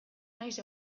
naiz